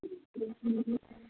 ହୁଁ